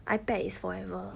ipad is forever